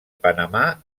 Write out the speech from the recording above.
panamà